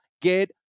get